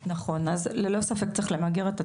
נכון, אז ללא ספק צריך למגר את התופעה,